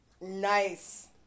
Nice